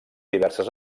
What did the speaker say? diverses